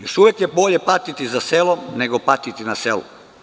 Još uvek je bolje patiti za selom nego patiti na selu.